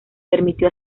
permitió